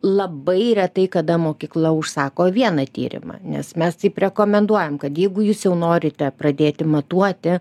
labai retai kada mokykla užsako vieną tyrimą nes mes taip rekomenduojam kad jeigu jūs jau norite pradėti matuoti